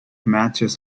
matches